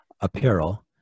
apparel